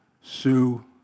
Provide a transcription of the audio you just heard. sue